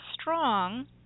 strong